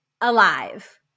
alive